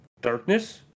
darkness